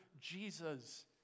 Jesus